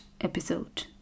episode